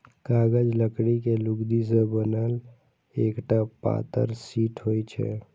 कागज लकड़ी के लुगदी सं बनल एकटा पातर शीट होइ छै